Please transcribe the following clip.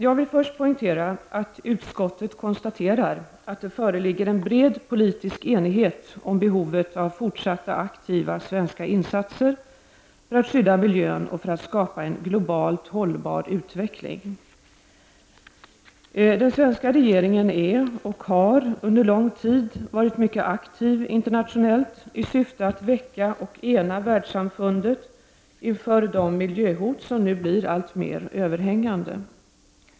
Jag vill först poängtera att utskottet konstaterar att det föreligger en bred politisk enighet om behovet av fortsatta aktiva svenska insatser för att skydda miljön och för att skapa en globalt hållbar utveckling. Den svenska regeringen är och har under lång tid varit mycket aktiv internationellt i syfte att väcka och ena världssamfundet inför de miljöhot som nu blir alltmer överhängande.